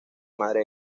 madre